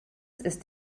ist